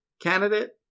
candidate